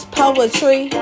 poetry